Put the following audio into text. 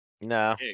no